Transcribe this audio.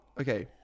okay